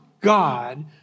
God